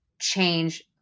change